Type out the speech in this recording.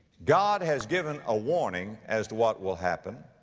god has given a warning as to what will happen.